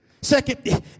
second